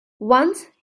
once